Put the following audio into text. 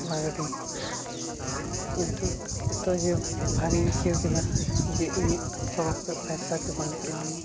ᱚᱱᱟ ᱜᱟᱹᱰᱤ ᱠᱤᱱᱛᱩ ᱮᱛᱚᱡᱮ ᱵᱷᱟᱜᱮᱧ ᱟᱹᱭᱠᱟᱹᱣ ᱠᱮᱫᱟ ᱡᱮ ᱤᱧᱟᱹᱜ ᱛᱚᱨᱚᱯᱷ ᱠᱷᱚᱡ ᱯᱟᱭᱥᱟᱜᱮ ᱵᱟᱝ ᱪᱟᱞᱟᱣ ᱞᱮᱱᱟ